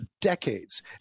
decades